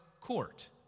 court